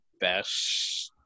best